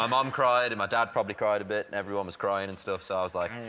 um um cried, and my dad probably cried a bit, and everyone was crying and stuff, so i was like,